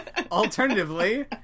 Alternatively